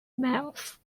males